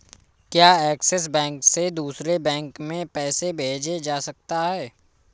क्या Axis bank से दूसरे बैंक में पैसे भेजे जा सकता हैं?